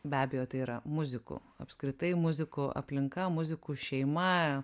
be abejo tai yra muzikų apskritai muzikų aplinka muzikų šeima